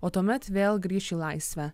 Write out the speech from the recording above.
o tuomet vėl grįš į laisvę